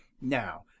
now